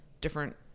different